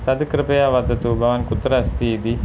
तत् कृपया वदतु भवान् कुत्र अस्ति इति